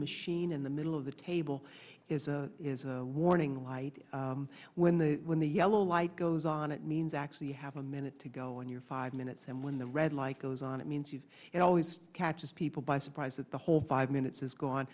machine in the middle of the table is a is a warning light when the when the yellow light goes on it means actually have a minute to go in your five minutes when the red light goes on it means you've always catches people by surprise at the whole five minutes is gone